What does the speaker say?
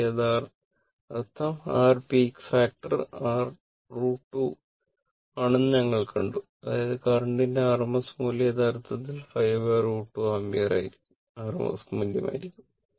അതിന്റെ അർത്ഥം r peak factor r √2 ആണെന്ന് ഞങ്ങൾ കണ്ടു അതായത് കറന്റിന്റെ RMS മൂല്യം യഥാർത്ഥത്തിൽ 5 √2 ആമ്പിയർ RMS മൂല്യമായിരിക്കും